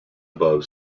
above